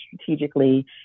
strategically